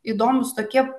įdomūs tokie